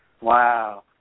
Wow